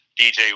DJ